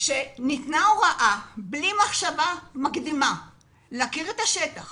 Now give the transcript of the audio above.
שניתנה הוראה, בלי מחשבה מקדימה ובלי היכרות השטח